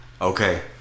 Okay